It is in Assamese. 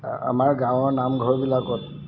আমাৰ গাঁৱৰ নামঘৰবিলাকত